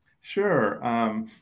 Sure